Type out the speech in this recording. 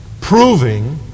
proving